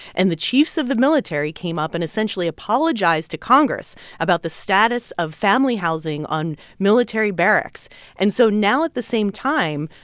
and the chiefs of the military came up and essentially apologized to congress about the status of family housing on military barracks and so now, at the same time,